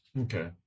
Okay